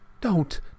Don't